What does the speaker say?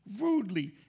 rudely